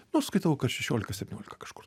nu skaitau kad šešiolika septyniolika kažkur